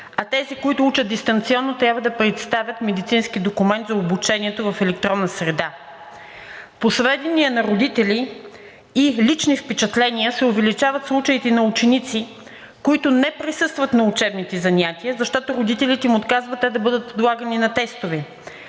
а тези, които учат дистанционно, трябва да представят медицински документ за обучението в електронна среда. По сведения на родители и лични впечатления се увеличават случаите на ученици, които не присъстват на учебните занятия, защото родителите им отказват те да бъдат подлагани на тестове,